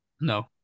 No